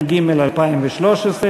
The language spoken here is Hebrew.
התשע"ג 2013,